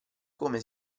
come